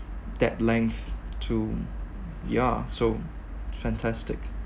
that length to ya so fantastic